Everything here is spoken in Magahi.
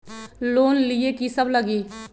लोन लिए की सब लगी?